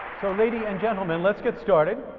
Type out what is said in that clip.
so lady and gentlemen let's get started.